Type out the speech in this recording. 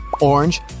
orange